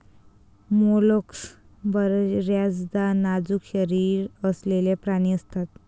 mollusc बर्याचदा नाजूक शरीर असलेले प्राणी असतात